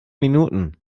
minuten